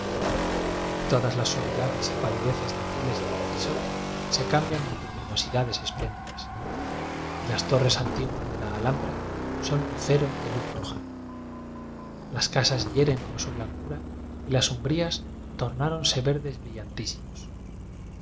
todas las suavidades y palideces de azules indecisos se cambian en luminosida des espléndidas y las torres antiguas de la alhambra son luceros de luz roja las ca sas hieren con su blancura y las umbrías tornáronse verdes